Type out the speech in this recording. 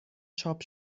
چاپ